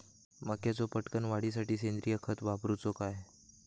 मक्याचो पटकन वाढीसाठी सेंद्रिय खत वापरूचो काय?